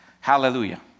Hallelujah